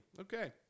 Okay